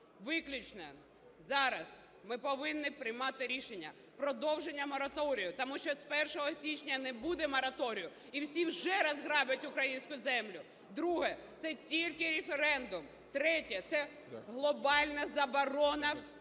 Виключно зараз ми повинні приймати рішення: продовження мораторію. Тому що з 1 січня не буде мораторію і всі вже розграблять українську землю. Друге – це тільки референдум. Третє – це глобальна заборона,